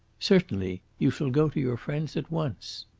certainly you shall go to your friends at once.